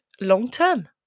long-term